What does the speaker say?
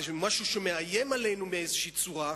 איזה משהו שמאיים עלינו באיזושהי צורה,